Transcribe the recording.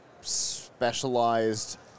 specialized